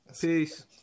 Peace